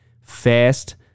fast